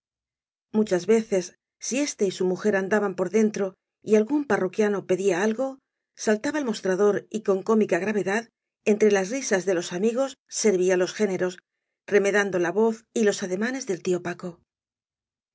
muchas veces al éste y su mujer andaban por dentro y algún parroquíano pedía algo saltaba el mostrador y com cómica gravedad entre las risas de loa amigos servía los géneros remedando la voz y los ademanes del tío paco